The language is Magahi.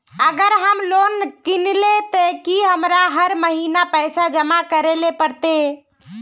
अगर हम लोन किनले ते की हमरा हर महीना पैसा जमा करे ले पड़ते?